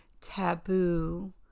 taboo